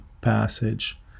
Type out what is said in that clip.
passage